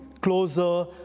closer